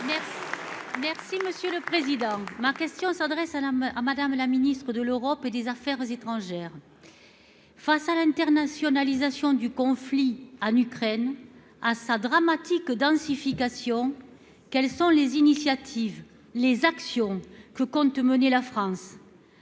et Républicain. Ma question s'adresse à Mme la ministre de l'Europe et des affaires étrangères. Face à l'internationalisation du conflit en Ukraine et à sa dramatique densification, quelles sont les initiatives, les actions, que compte mener la France ?